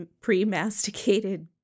pre-masticated